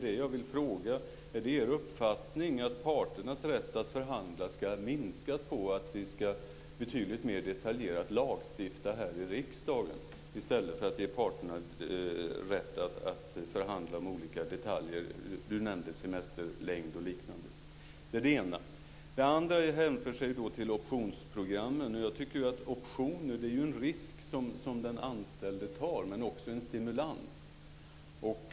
Och jag vill fråga: Är det er uppfattning att parternas rätt att förhandla ska minskas, att vi ska lagstifta betydligt mer detaljerat här i riksdagen i stället för att ge parterna rätt att förhandla om olika detaljer? Per Rosengren nämnde bl.a. semesterns längd. Det är det ena. Det andra hänför sig till optionsprogrammen. Option är en risk som den anställde tar, men också en stimulans.